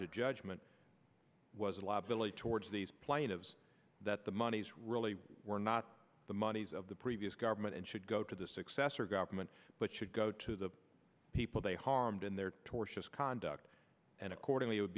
to judgment was a lot of delay towards these plane of that the monies really were not the monies of the previous government and should go to the successor government but should go to the people they harmed in their tortious conduct and accordingly it would